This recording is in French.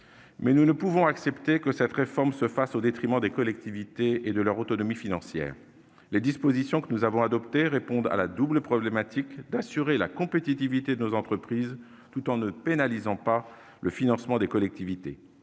Mais nous ne pouvons accepter que cette réforme se fasse au détriment des collectivités et de leur autonomie financière. Les dispositions que nous avons adoptées répondent à la double problématique d'assurer la compétitivité de nos entreprises, tout en ne pénalisant pas le financement des collectivités.